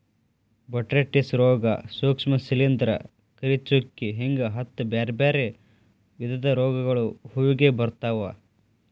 botrytis ರೋಗ, ಸೂಕ್ಷ್ಮ ಶಿಲಿಂದ್ರ, ಕರಿಚುಕ್ಕಿ ಹಿಂಗ ಹತ್ತ್ ಬ್ಯಾರ್ಬ್ಯಾರೇ ವಿಧದ ರೋಗಗಳು ಹೂವಿಗೆ ಬರ್ತಾವ